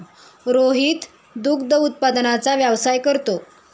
रोहित दुग्ध उत्पादनाचा व्यवसाय करतो